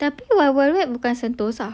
tapi wild wild wet bukan sentosa